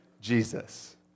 Jesus